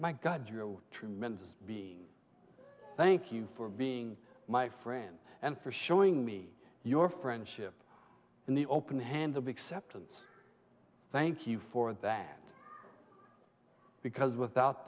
my god you're tremendous being thank you for being my friend and for showing me your friendship and the open hand of acceptance thank you for that because without